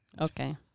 Okay